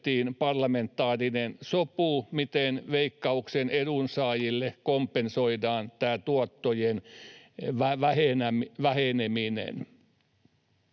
parlamentaarinen sopu, miten Veikkauksen edunsaajille kompensoidaan tämä tuottojen väheneminen.